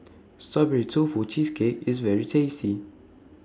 Strawberry Tofu Cheesecake IS very tasty